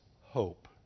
hope